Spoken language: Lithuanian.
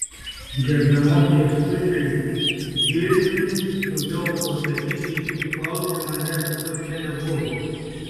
gerbiamam kęstučiui girniui sunkiau atsakyti į šį klausimą nes jo čia nebuvo